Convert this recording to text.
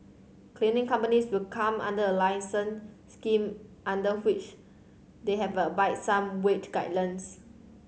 cleaning companies will come under a licensing scheme under which they have abide by some wage guidelines